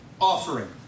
offering